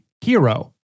hero